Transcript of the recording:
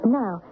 now